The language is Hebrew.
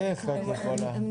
איזה הצעה לסדר?